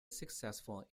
successful